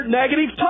negative